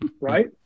right